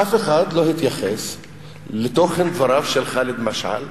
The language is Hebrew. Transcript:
אף אחד לא מתייחס לתוכן דבריו של ח'אלד משעל בקהיר.